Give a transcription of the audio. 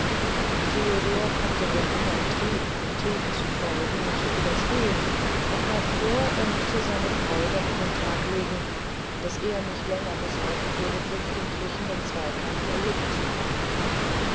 theodor konnte dem innern triebe matilden zu folgen nicht widerstehn und gab vor er müsse seine freude an den tag legen daß er nicht länger besorgen dürfe friedrichen im zweykampf erlegt zu haben